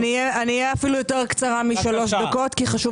אהיה אפילו יותר קצרה משלוש דקות כי חשוב